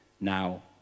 Now